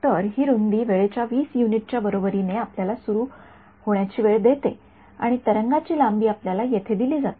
तर ही रुंदी वेळेच्या २0 युनिटच्या बरोबरीने आपल्याला सुरु होण्याची वेळ देते आणि तरंगाची लांबी आपल्याला येथे दिली जाते